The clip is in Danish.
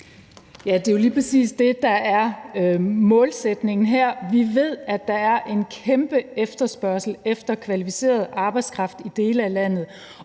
(V): Det er jo lige præcis det, der er målsætningen her. Vi ved, at der er en kæmpe efterspørgsel efter kvalificeret arbejdskraft i dele af landet,